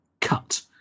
cut